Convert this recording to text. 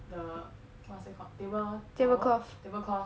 the what's that called table towel table cloth